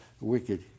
wicked